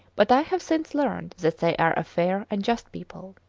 but i have since learned that they are a fair and just people.